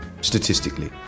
statistically